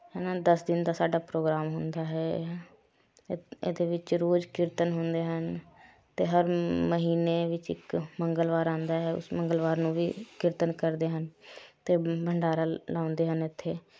ਹੈ ਨਾ ਦਸ ਦਿਨ ਦਾ ਸਾਡਾ ਪ੍ਰੋਗਰਾਮ ਹੁੰਦਾ ਹੈ ਇਹ ਇਹਦੇ ਵਿੱਚ ਰੋਜ਼ ਕੀਰਤਨ ਹੁੰਦੇ ਹਨ ਅਤੇ ਹਰ ਮਹੀਨੇ ਵਿੱਚ ਇੱਕ ਮੰਗਲਵਾਰ ਆਉਂਦਾ ਹੈ ਉਸ ਮੰਗਲਵਾਰ ਨੂੰ ਵੀ ਕੀਰਤਨ ਕਰਦੇ ਹਨ ਅਤੇ ਭੰਡਾਰਾ ਲਾਉਂਦੇ ਹਨ ਇੱਥੇ